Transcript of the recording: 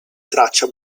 traccia